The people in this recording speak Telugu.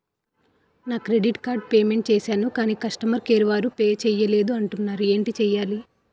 నా క్రెడిట్ కార్డ్ పే మెంట్ చేసాను కాని కస్టమర్ కేర్ వారు పే చేయలేదు అంటున్నారు ఏంటి చేయాలి?